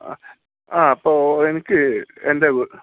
അപ്പോൾ എനിക്ക് എൻ്റെ